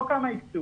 לא כמה הקצו